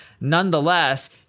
nonetheless